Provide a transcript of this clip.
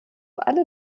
alle